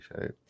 shape